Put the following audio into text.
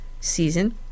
season